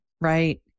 right